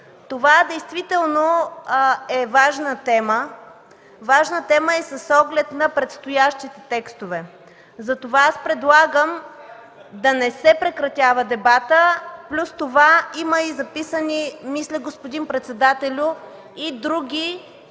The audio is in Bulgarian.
Това действително е важна тема с оглед на предстоящите текстове. Затова предлагам да не се прекратява дебатът. Плюс това има записани, мисля, господин председателю, и други